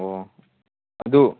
ꯑꯣ ꯑꯗꯨ